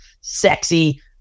sexy